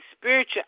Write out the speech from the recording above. spiritual